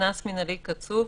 קנס מינהלי קצוב.